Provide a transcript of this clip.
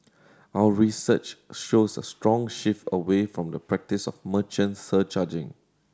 our research shows a strong shift away from the practice of merchant surcharging